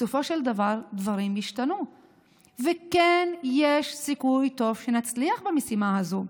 בסופו של דבר דברים ישתנו וכן יש סיכוי טוב שנצליח במשימה הזאת.